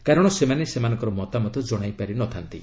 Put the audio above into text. କାରଣ ସେମାନେ ସେମାନଙ୍କର ମତାମତ କଶାଇ ପାରି ନ ଥା'ନ୍ତି